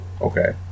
Okay